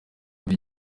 indi